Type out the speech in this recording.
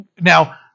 now